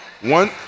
One